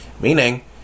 Meaning